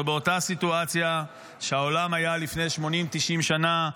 אנחנו באותה הסיטואציה שהעולם היה בה לפני 80 90 שנה.